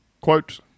Quote